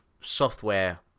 software